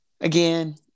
again